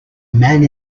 man